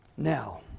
Now